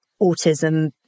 autism